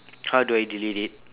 how do I delete it